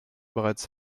bereits